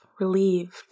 relieved